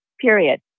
period